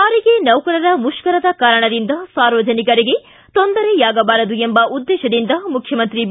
ಸಾರಿಗೆ ನೌಕರರ ಮುಷ್ಕರದ ಕಾರಣದಿಂದ ಸಾರ್ವಜನಿಕರಿಗೆ ತೊಂದರೆಯಾಗಬಾರದು ಎಂಬ ಉದ್ದೇಶದಿಂದ ಮುಖ್ಯಮಂತ್ರಿ ಬಿ